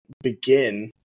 begin